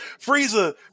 Frieza